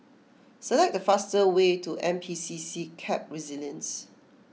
select the fastest way to N P C C Camp Resilience